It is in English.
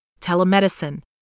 telemedicine